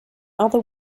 other